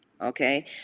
okay